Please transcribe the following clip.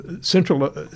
central